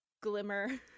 glimmer